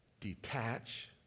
detach